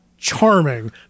Charming